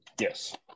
Yes